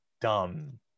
dumb